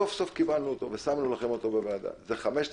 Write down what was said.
סוף סוף קיבלנו אותו ושמנו לכם אותו בוועדה.